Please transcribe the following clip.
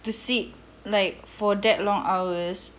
to sit like for that long hours